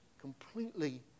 completely